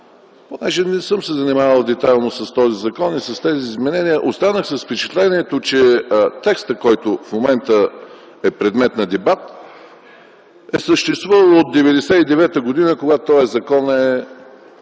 понеже не съм се занимавал детайлно с този закон и с тези изменения, останах с впечатлението, че текстът, който в момента е предмет на дебат, е съществувал от 1999 г., когато този закон е